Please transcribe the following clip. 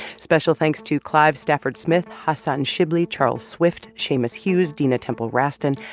special thanks to clive stafford smith, hassan shibly, charles swift, seamus hughes, dina temple-raston,